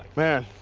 man,